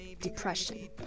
depression